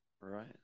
right